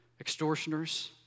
extortioners